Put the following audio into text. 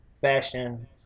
Fashion